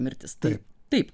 mirtis taip taip